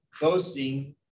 Boasting